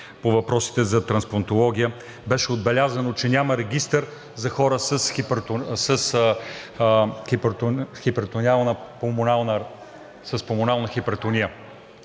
по въпросите за трансплантология беше отбелязано, че няма регистър за хора с пулмонална